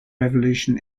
revolution